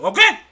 Okay